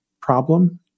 problem